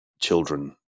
children